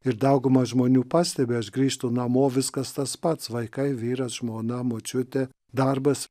ir dauguma žmonių pastebi aš grįžtu namo viskas tas pats vaikai vyras žmona močiutė darbas